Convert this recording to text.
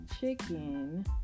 chicken